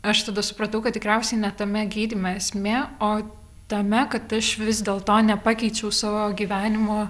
aš tada supratau kad tikriausiai ne tame gydyme esmė o tame kad aš vis dėl to nepakeičiau savo gyvenimo